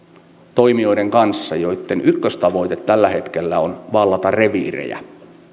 toimijoiden kanssa joitten ykköstavoite tällä hetkellä on vallata reviirejä